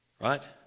Right